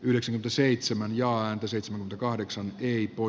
lysenko seitsemän ja antoi seitsemän kahdeksan hipoo